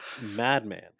madman